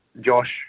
Josh